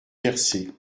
versés